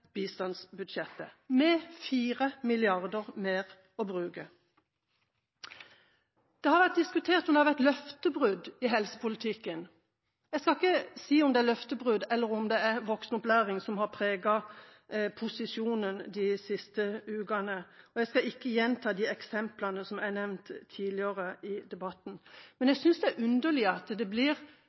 med 4 mrd. kr mer å bruke. Det har vært diskutert om det har vært løftebrudd i helsepolitikken – jeg skal ikke si om det er løftebrudd eller voksenopplæring som har preget posisjonen de siste ukene. Jeg skal ikke gjenta de eksemplene som er nevnt tidligere i debatten, men jeg synes det er underlig at det blir